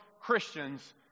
Christians